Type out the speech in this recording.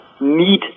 need